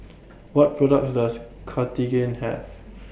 What products Does Cartigain Have